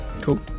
cool